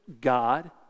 God